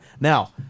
now